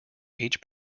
each